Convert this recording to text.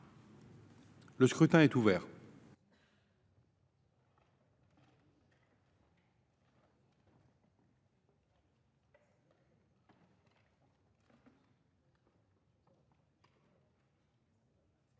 Le scrutin est ouvert.